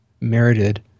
merited